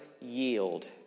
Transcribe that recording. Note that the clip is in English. yield